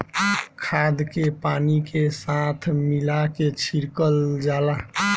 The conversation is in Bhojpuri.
खाद के पानी के साथ मिला के छिड़कल जाला